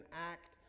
act